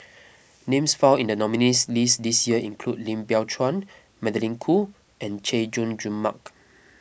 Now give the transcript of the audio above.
names found in the nominees' list this year include Lim Biow Chuan Magdalene Khoo and Chay Jung Jun Mark